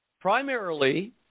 primarily